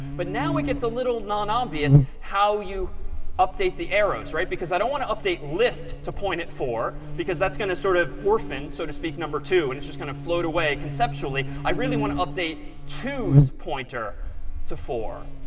but now it gets a little non-obvious how you update the arrows, right, because i don't want to update list to point at four, because that's going to sort of orphan, so to speak, number two. and it just kind of float away conceptually. i really want to update so pointer to four.